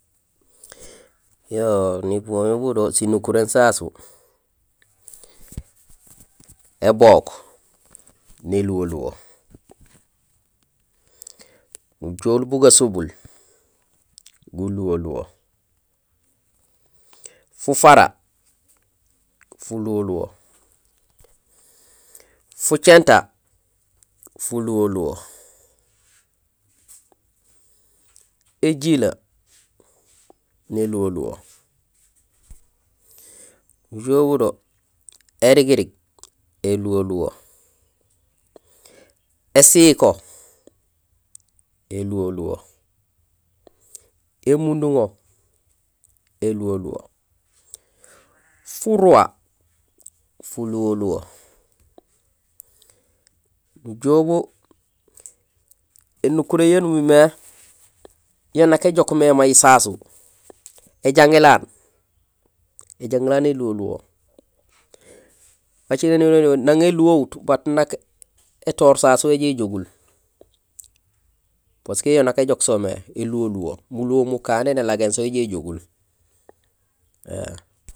Yo niboñul budo sinukuréén sasu: ébook néluwo luwo, nujool bu gasobul guluwo luwo, fufara fuluwo luwo, fucinta fuluwo luwo, éjilee neluwo luwo, nujool budo érigirig éluwo luwo, ésíko éluwo luwo, émunduŋo éluwo luwo, furuwa fuluwo luwo, nujool bu énukuréén ya numimé yaan nak éjook mé may sasu; éjangilaan, éjangilaan éluwo luwo. Wa cilmé nirok éluwo luwo, nang éluwohut bat nak étohoor sasu éjoow éjogul. Parce que yo nak éjook so mé. Ēluwo luwo, muluwo mukané nélagéén so jéjogul éém.